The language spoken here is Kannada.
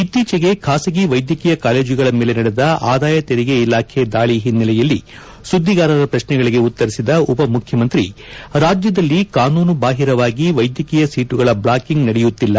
ಇತ್ತೀಚೆಗೆ ಖಾಸಗಿ ವೈದ್ಯಕೀಯ ಕಾಲೇಜುಗಳ ಮೇಲೆ ನಡೆದ ಆದಾಯ ತೆರಿಗೆ ಇಲಾಖೆ ದಾಳಿ ಹಿನ್ನೆಲೆಯಲ್ಲಿ ಸುದ್ದಿಗಾರರ ಪ್ರಶ್ನೆಗಳಿಗೆ ಉತ್ತರಿಸಿದ ಉಪಮುಖ್ಯಮಂತ್ರಿ ರಾಜ್ದದಲ್ಲಿ ಕಾನೂನುಬಾಹಿರವಾಗಿ ವೈದ್ಯಕೀಯ ಸೀಟುಗಳ ಬ್ಲಾಕಿಂಗ್ ನಡೆಯುತ್ತಿಲ್ಲ